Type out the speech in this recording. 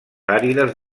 àrides